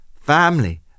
family